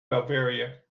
bavaria